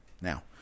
now